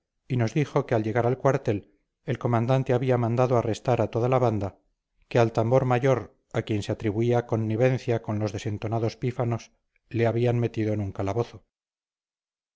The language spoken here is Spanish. y nos dijo que al llegar al cuartel el comandante había mandado arrestar a toda la banda que al tambor mayor a quien se atribuía connivencia con los desentonados pífanos le habían metido en un calabozo